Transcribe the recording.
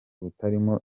butarimo